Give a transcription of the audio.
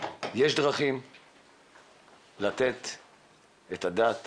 יש דרכים לתת את הדעת